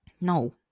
No